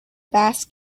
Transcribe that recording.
bass